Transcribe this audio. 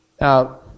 Now